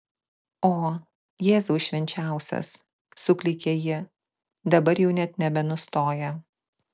o jėzau švenčiausias suklykė ji dabar jau net nebenustoja